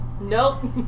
Nope